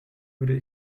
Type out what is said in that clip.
würde